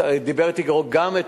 דיבר אתי גם,